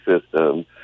system